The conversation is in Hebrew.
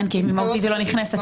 כי מהותית לא נכנסת פה.